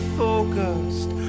focused